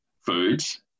foods